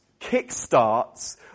kickstarts